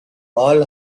all